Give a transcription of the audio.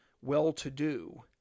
well-to-do